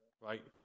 right